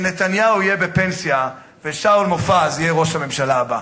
שנתניהו יהיה בפנסיה ושאול מופז יהיה ראש הממשלה הבא.